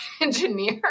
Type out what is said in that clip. engineer